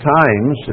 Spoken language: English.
times